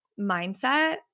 mindset